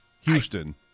Houston